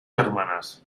germanes